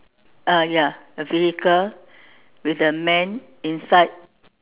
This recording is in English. uh ya the vehicle with a man inside